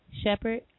Shepard